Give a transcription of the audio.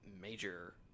major